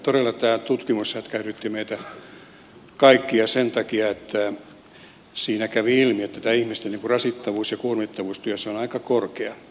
todella tämä tutkimus hätkähdytti meitä kaikkia sen takia että siinä kävi ilmi että tämä ihmisten rasittuneisuus ja kuormittuneisuus työssä on aika korkea